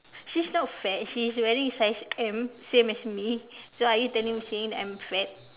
she's not fat she's wearing size M same as me so are you telling me saying that I am fat